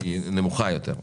הוא קטן יותר.